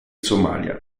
somalia